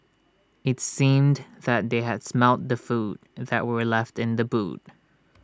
IT seemed that they had smelt the food that were left in the boot